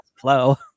Hello